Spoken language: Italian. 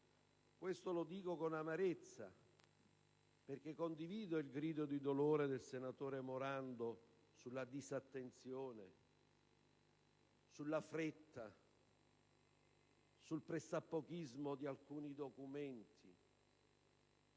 Questo lo dico con amarezza perché condivido il grido di dolore del senatore Morando sulla fretta, sul pressappochismo di alcuni documenti